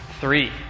three